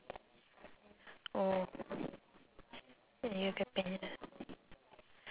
oh yoga pant